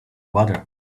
water